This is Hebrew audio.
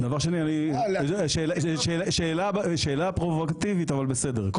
דבר שני, זו שאלה פרובוקטיבית, אבל בסדר.